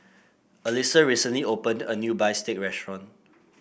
Alisa recently opened a new bistake restaurant